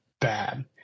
bad